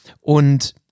und